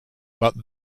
but